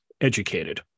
educated